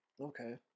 Okay